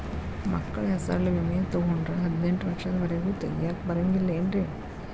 ಮಕ್ಕಳ ಹೆಸರಲ್ಲಿ ವಿಮೆ ತೊಗೊಂಡ್ರ ಹದಿನೆಂಟು ವರ್ಷದ ಒರೆಗೂ ತೆಗಿಯಾಕ ಬರಂಗಿಲ್ಲೇನ್ರಿ?